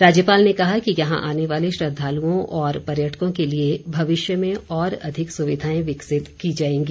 राज्यपाल ने कहा कि यहां आने वाले श्रद्वालुओं और पर्यटकों के लिए भविष्य में और अधिक सुविधाएं विकसित की जाएंगी